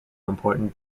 important